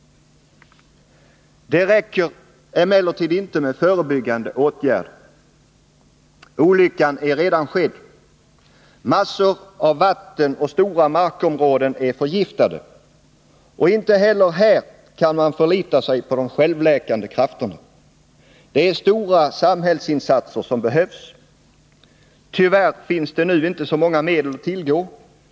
Det räcker emellertid inte med förebyggande åtgärder. Olyckan är redan skedd. Massor av vatten och stora markområden är förgiftade. Och inte heller här kan man förlita sig på de självläkande krafterna. Det är stora samhällsinsatser som behövs. Tyvärr finns det inte så många medel att tillgå.